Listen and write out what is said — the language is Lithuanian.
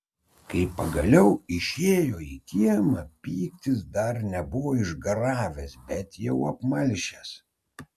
kai pagaliau išėjo į kiemą pyktis dar nebuvo išgaravęs bet jau apmalšęs